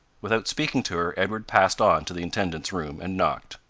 without speaking to her, edward passed on to the intendant's room, and knocked.